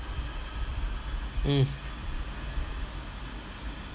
mm